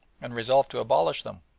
and resolved to abolish them.